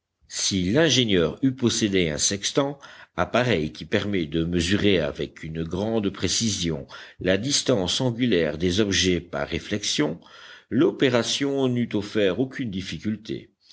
si l'ingénieur eût possédé un sextant appareil qui permet de mesurer avec une grande précision la distance angulaire des objets par réflexion l'opération n'eût offert aucune difficulté